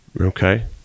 okay